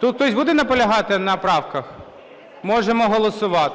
Тут хтось буде наполягати на правках? Можемо голосувати.